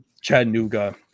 chattanooga